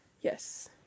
Yes